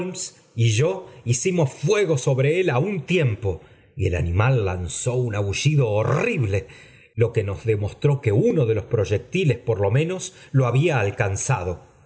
y yo hicimos fuego sobre él á un tiempo y el animal lanzó un aullido horrible lo que nos demostró que uno de los proyectiles por lo menos lo había alcanzado